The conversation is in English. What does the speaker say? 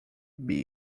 beam